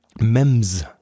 MEMS